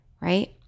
right